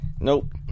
Nope